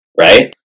Right